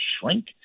shrink